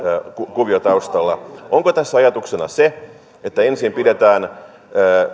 kuvio taustalla onko tässä ajatuksena se että ensin pidetään